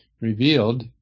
revealed